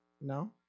No